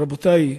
רבותי,